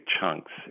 chunks